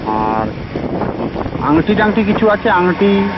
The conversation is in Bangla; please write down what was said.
আর আংটি টাংটি কিছু আছে আংটি